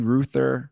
Ruther